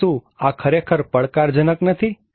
આથી શું આ ખરેખર પડકારજનક નથી